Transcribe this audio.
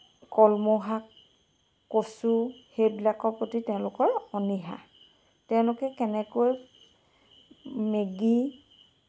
কলমৌ শাক কচু সেইবিলাকৰ প্ৰতি তেওঁলোকৰ অনীহা তেওঁলোকে কেনেকৈ মেগী